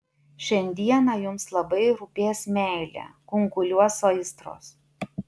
šiandieną jums labai rūpės meilė kunkuliuos aistros